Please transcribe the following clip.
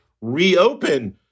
reopen